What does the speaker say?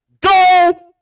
go